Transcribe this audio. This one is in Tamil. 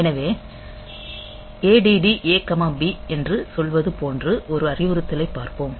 எனவே ADD A B என்று சொல்வது போன்ற ஒரு அறிவுறுத்தலை பார்ப்போம்